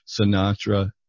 Sinatra